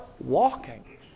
walking